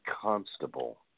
constable